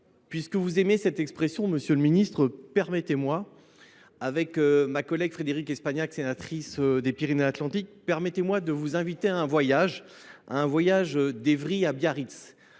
Puisque vous aimez cette expression, monsieur le ministre, permettez moi, avec Mme Espagnac, sénatrice des Pyrénées Atlantiques, de vous inviter à un voyage, à un voyage d’Évry à Biarritz,